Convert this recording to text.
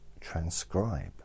transcribe